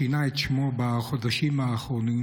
שינה את שמו בחודשים האחרונים,